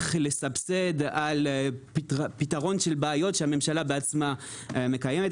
לסבסד על פתרון של בעיות שהממשלה בעצמה מקיימת.